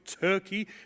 turkey